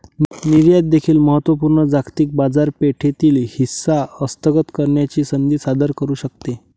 निर्यात देखील महत्त्व पूर्ण जागतिक बाजारपेठेतील हिस्सा हस्तगत करण्याची संधी सादर करू शकते